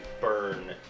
burn